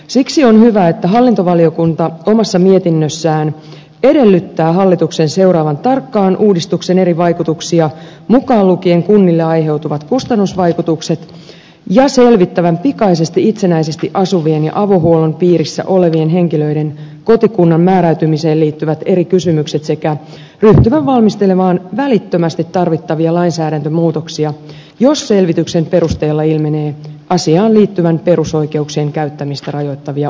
siksi on hyvä että hallintovaliokunta omassa mietinnössään edellyttää hallituksen seuraavan tarkkaan uudistuksen eri vaikutuksia mukaan lukien kunnille aiheutuvat kustannusvaikutukset ja selvittävän pikaisesti itsenäisesti asuvien ja avohuollon piirissä olevien henkilöiden kotikunnan määräytymiseen liittyvät eri kysymykset sekä ryhtyvän valmistelemaan välittömästi tarvittavia lainsäädäntömuutoksia jos selvityksen perusteella ilmenee asiaan liittyvän perusoikeuksien käyttämistä rajoittavia ongelmia